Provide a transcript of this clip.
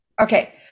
Okay